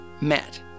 met